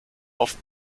auf